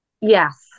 yes